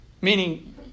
Meaning